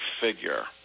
figure